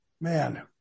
man